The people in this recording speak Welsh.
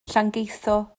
llangeitho